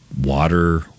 water